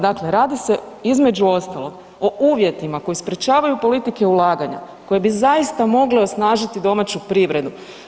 Dakle, radi se između ostalog o uvjetima koji sprečavaju politike ulaganja koje bi zaista mogle osnažiti domaću privredu.